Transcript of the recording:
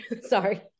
sorry